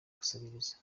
gusabiriza